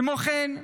כמו כן,